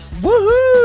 Woohoo